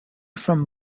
from